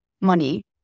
money